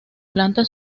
planta